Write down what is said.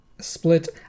split